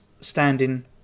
standing